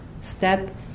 step